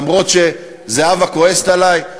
אף שזהבה כועסת עלי,